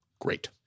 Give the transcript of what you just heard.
great